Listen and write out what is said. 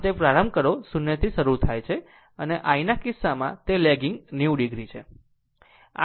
આમ તે પ્રારંભ કરો 0 થી શરૂ થાય છે અને I ના કિસ્સામાં તે લેગીગ 90 o છે